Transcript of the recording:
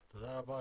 תודה רבה,